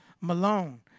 Malone